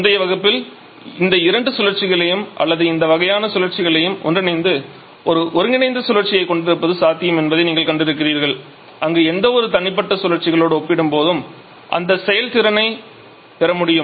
முந்தைய வகுப்பில் இந்த இரண்டு சுழற்சிகளையும் அல்லது இந்த வகையான சுழற்சிகளையும் ஒன்றிணைத்து ஒரு ஒருங்கிணைந்த சுழற்சியைக் கொண்டிருப்பது சாத்தியம் என்பதை நீங்கள் கண்டிருக்கிறீர்கள் அங்கு எந்தவொரு தனிப்பட்ட சுழற்சிகளோடு ஒப்பிடும்போது அதிக செயல்திறனைப் பெற முடியும்